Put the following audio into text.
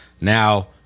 Now